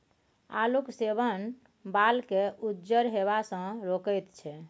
आलूक सेवन बालकेँ उज्जर हेबासँ रोकैत छै